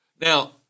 Now